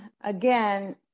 again